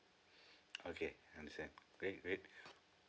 okay understand great great